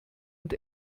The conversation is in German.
und